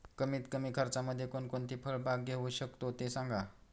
कमीत कमी खर्चामध्ये कोणकोणती फळबाग घेऊ शकतो ते सांगा